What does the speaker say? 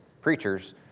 preachers